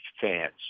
fans